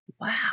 Wow